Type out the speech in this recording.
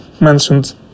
mentioned